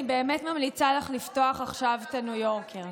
אני באמת ממליצה לך לפתוח עכשיו את הניו יורקר.